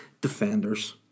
Defenders